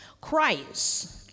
Christ